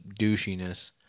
douchiness